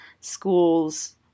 school's